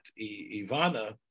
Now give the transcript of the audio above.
Ivana